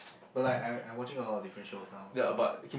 but like I I watching a lot of different shows now so I